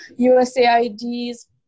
USAID's